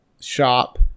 shop